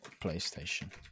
PlayStation